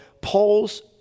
Paul's